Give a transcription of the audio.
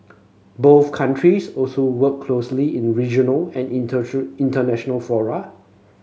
both countries also work closely in regional and international fora